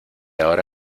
ahora